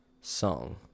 song